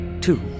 Two